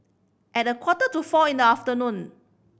at a quarter to four in the afternoon